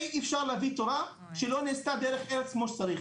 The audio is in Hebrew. אי אפשר להביא תורה כשלא נעשתה דרך ארץ כמו שצריך.